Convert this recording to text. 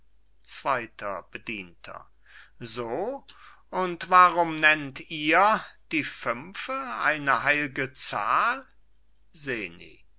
zweiter bedienter so und warum nennt ihr die fünfe eine heilge zahl seni